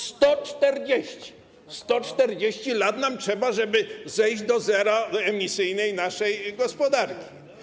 140. 140 lat nam trzeba, żeby zejść do zera do emisyjnej naszej gospodarki.